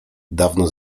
dawno